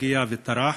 שהגיע וטרח,